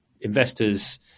investors